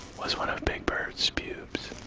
was one of big bird's pubes.